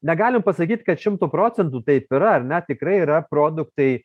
negalim pasakyt kad šimtu procentų taip yra ar ne tikrai yra produktai